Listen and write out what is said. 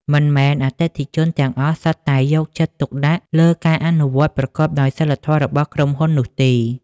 មិនមែនអតិថិជនទាំងអស់សុទ្ធតែយកចិត្តទុកដាក់លើការអនុវត្តប្រកបដោយសីលធម៌របស់ក្រុមហ៊ុននោះទេ។